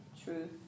truth